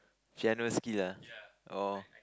she lah orh